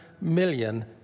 million